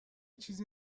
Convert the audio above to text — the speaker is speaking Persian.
چیزی